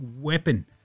weapon